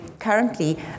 currently